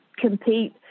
compete